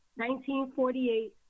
1948